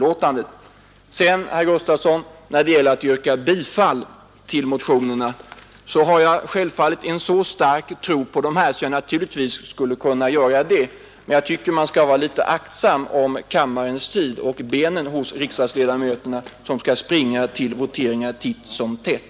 När det sedan, herr Gustavsson, gäller att yrka bifall till motionerna har jag självfallet en så stark tro på dem att jag skulle kunna göra det, men jag tycker att man skall vara litet aktsam om kammarens tid och om riksdagsledamöternas ben — de får ju ändå springa till voteringar titt som tätt.